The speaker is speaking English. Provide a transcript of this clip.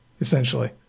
Essentially